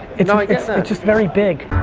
it's like it's just very big.